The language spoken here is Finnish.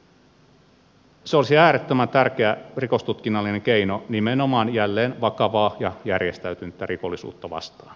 se olisi äärettömän tärkeä rikostutkinnallinen keino nimenomaan jälleen vakavaa ja järjestäytynyttä rikollisuutta vastaan